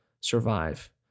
survive